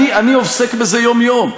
אני עוסק בזה יום-יום.